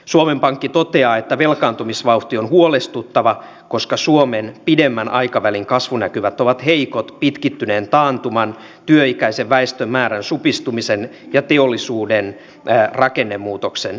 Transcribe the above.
suomen pankki toteaa että velkaantumisvauhti on huolestuttava koska suomen pidemmän aikavälin kasvunäkymät ovat heikot pitkittyneen taantuman työikäisen väestön määrän supistumisen ja piollisuuden ja rakennemuutoksen